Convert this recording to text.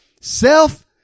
self